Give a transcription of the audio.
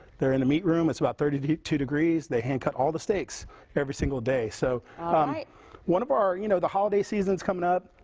they're in the meat room. it's about thirty two degrees. they hand cut all the steaks every single day. so one of our you know the holiday season is coming up.